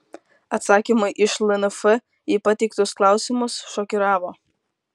atsakymai iš lnf į pateiktus klausimus šokiravo